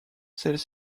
celles